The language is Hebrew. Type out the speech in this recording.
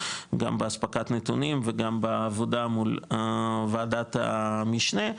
גם באספקת נתונים וגם בעבודה מול ועדת המשנה,